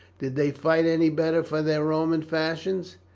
did they fight any better for their roman fashions?